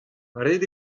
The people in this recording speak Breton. ret